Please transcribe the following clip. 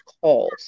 calls